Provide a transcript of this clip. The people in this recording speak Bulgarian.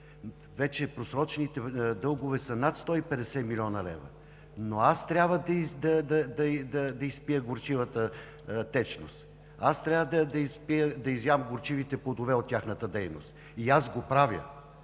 Просрочените дългове вече са над 150 млн. лв., но аз трябва да изпия горчивата течност, аз трябва да изям горчивите плодове от тяхната дейност. И го правя!